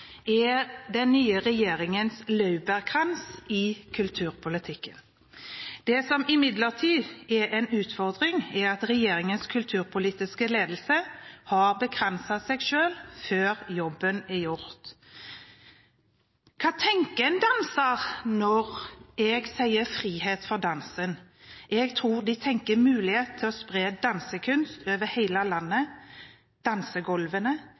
er den nye regjeringens laurbærkrans i kulturpolitikken. Det som imidlertid er en utfordring, er at regjeringens kulturpolitiske ledelse har bekranset seg selv før jobben er gjort. Hva tenker en danser når jeg sier frihet for dansen? Jeg tror han tenker mulighet til å spre dansekunst over